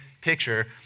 picture